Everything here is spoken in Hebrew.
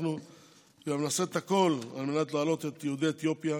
אנחנו נעשה את הכול על מנת להעלות את יהודי אתיופיה,